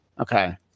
okay